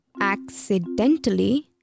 accidentally